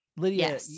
Lydia